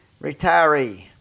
retiree